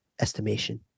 estimation